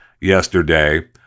yesterday